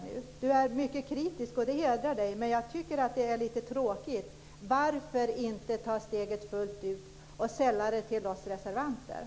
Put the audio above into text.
Han är mycket kritisk, och det hedrar honom, men jag tycker att det är lite tråkigt att han inte tar steget fullt ut och sällar sig till oss reservanter.